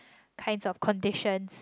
kind of conditions